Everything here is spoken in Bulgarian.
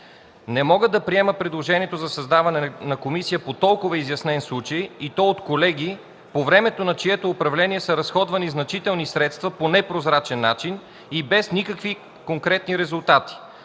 Не мога да приема предложението за създаване на комисия по толкова изяснен случай, и то от колеги, по времето на чието управление са разходвани значителни средства по непрозрачен начин и без никакви конкретни резултати.